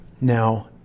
Now